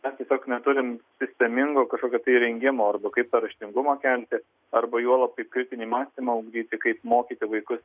mes tiesiog neturim sistemingo kažkokio tai rengimo arba kaip tą raštingumą kelti arba juolab kaip kritinį mąstymą ugdyti kaip mokyti vaikus